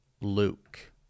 Luke